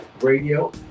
Radio